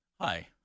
Hi